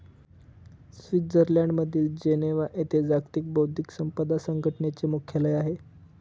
स्वित्झर्लंडमधील जिनेव्हा येथे जागतिक बौद्धिक संपदा संघटनेचे मुख्यालय आहे